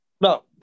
no